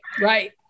right